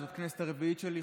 זאת הכנסת הרביעית שלי,